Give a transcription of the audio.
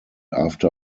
after